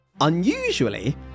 Unusually